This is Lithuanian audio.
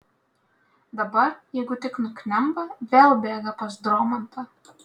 dabar jeigu tik nuknemba vėl bėga pas dromantą